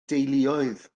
deuluoedd